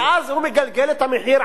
אז הוא מגלגל את המחיר על,